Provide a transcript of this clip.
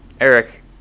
Eric